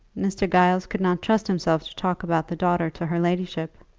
mr. giles could not trust himself to talk about the daughter to her ladyship.